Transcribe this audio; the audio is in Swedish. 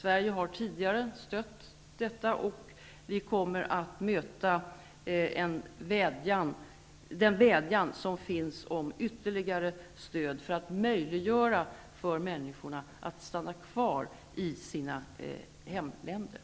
Sverige har tidigare lämnat sitt stöd, och vi kommer att möta den vädjan som finns om ytterligare stöd för att möjliggöra för människor att stanna kvar i sina hemländer.